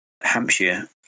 Hampshire